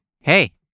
Hey